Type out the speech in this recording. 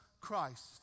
Christ